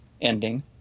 ending